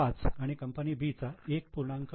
5 आणि company B चा 1